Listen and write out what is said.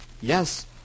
Yes